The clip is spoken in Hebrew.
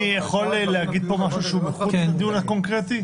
אני יכול להגיד פה משהו שהוא מחוץ לדיון הקונקרטי?